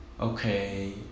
okay